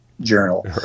Journal